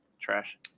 trash